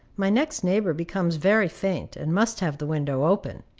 my next neighbor becomes very faint, and must have the window open.